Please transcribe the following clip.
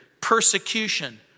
persecution